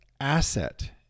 asset